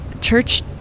Church